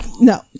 No